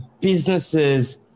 businesses